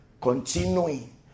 continuing